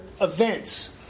events